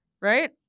Right